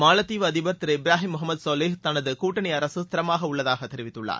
மாலத்தீவு அதிபர் திரு இப்ராஹிம் முகமது சோவிக் தனது கூட்டணி அரசு ஸ்திரமாக உள்ளதாக தெரிவித்துள்ளார்